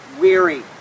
weary